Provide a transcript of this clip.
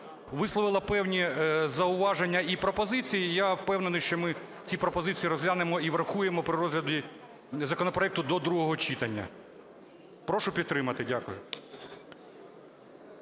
висловила певні зауваження і пропозиції. Я впевнений, що ми ці пропозиції розглянемо і врахуємо при розгляді законопроекту до другого читання. Прошу підтримати. Дякую.